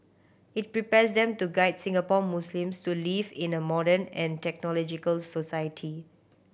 it prepares them to guide Singapore Muslims to live in a modern and technological society